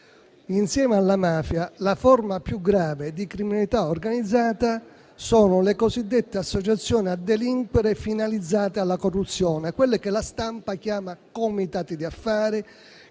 insieme alla mafia, la forma più grave di criminalità organizzata siano le cosiddette associazioni a delinquere finalizzate alla corruzione, quelle che la stampa chiama comitati d'affari,